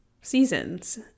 seasons